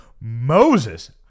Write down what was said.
Moses